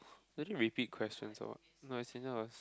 could you repeat question or no as in that was